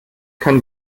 kann